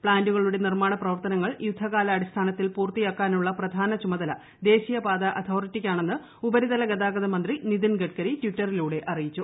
പ്ലാന്റുകളുടെ നിർമ്മാണ് പ്പ്വർത്തനങ്ങൾ യുദ്ധകാലാടിസ്ഥാനത്തിൽ പൂർത്തിയാക്കാ്നുള്ള പ്രധാന ചുമതല ദേശീയപാതാ അതോറിറ്റിക്കാണ്ണെന്ന് ഉപരിതല ഗതാഗത മന്ത്രി നിതിൻ ഗഡ്കരി ട്വിറ്ററിലൂടെ അറിയിച്ചു